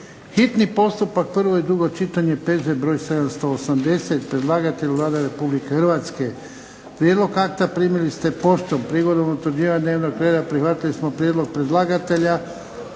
hitni postupak, prvo i drugo čitanje, P.Z. br. 780 Predlagatelj Vlada Republike Hrvatske. Prijedlog akta primili ste poštom. Prigodom utvrđivanja dnevnog reda prihvatili smo prijedlog predlagatelja